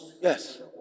Yes